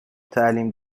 تعلیم